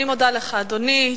אני מודה לך, אדוני.